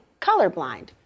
colorblind